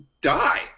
die